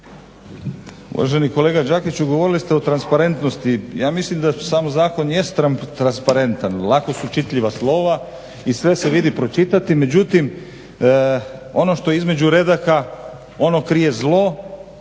Uvaženi kolega Đakiću govorili ste o transparentnosti, ja mislim da sam zakon jest transparentan, lako su čitljiva slova i sve se vidi pročitati. Međutim, ono što je između redaka ono krije zlo